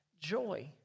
joy